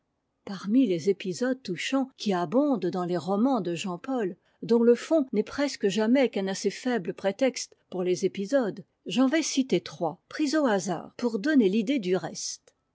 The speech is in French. parmi les épisodes touchants qui abondent dans les romans de jean paul dont le fond n'est presque jamais qu'un assez faible prétexte pour les épisodes j'en vais citer trois pris au hasard pour donner t'idée du reste